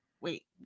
wait